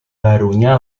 barunya